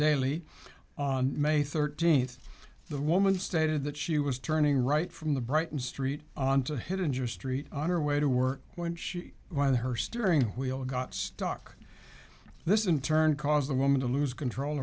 dailly on may thirteenth the woman stated that she was turning right from the brighton street on to hit injure street on her way to work when she when her steering wheel got stuck this in turn caused the woman to lose control